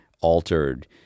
altered